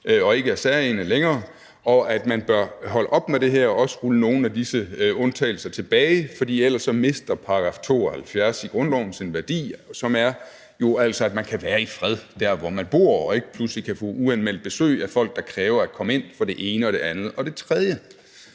og ikke er særegne længere, og at man bør holde op med det her og også rulle nogle af disse undtagelser tilbage, for ellers mister § 72 i grundloven sin værdi, som jo altså er, at man kan være i fred der, hvor man bor, og ikke pludselig kan få uanmeldt besøg af folk, der kræver at komme ind for det ene og det andet og det tredje.